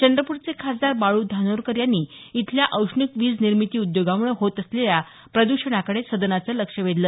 चंद्रपूरचे खासदार बाळू धानोरकर यांनी इथल्या औष्णिक वीज निर्मिती उद्योगामुळे होत असलेल्या प्रद्षणाकडे सदनाचं लक्ष वेधलं